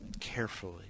carefully